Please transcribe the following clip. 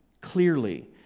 clearly